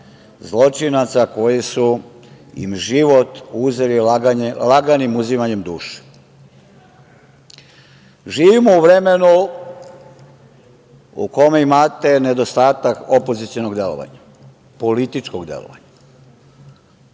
zločinaca koji su im život uzeli laganim uzimanjem duša. Živimo u vremenu u kome imate nedostatak opozicionog delovanja, političkog delovanja.